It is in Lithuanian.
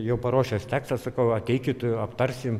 jau paruošęs tekstą sakau ateikit aptarsim